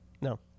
No